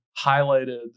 highlighted